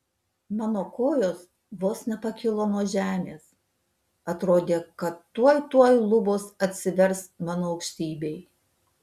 mano kojos vos nepakilo nuo žemės atrodė kad tuoj tuoj lubos atsivers mano aukštybei